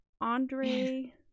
Andre